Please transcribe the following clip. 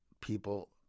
people